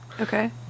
Okay